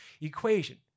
equation